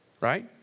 Right